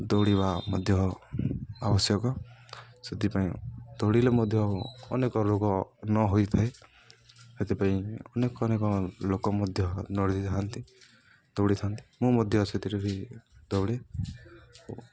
ଦୌଡ଼ିବା ମଧ୍ୟ ଆବଶ୍ୟକ ସେଥିପାଇଁ ଦୌଡ଼ିଲେ ମଧ୍ୟ ଅନେକ ରୋଗ ନ ହୋଇଥାଏ ସେଥିପାଇଁ ଅନେକ ଅନେକ ଲୋକ ମଧ୍ୟ ଦୌଡ଼ିଥାନ୍ତି ଦୌଡ଼ିଥାନ୍ତି ମୁଁ ମଧ୍ୟ ସେଥିରେ ବି ଦୌଡ଼େ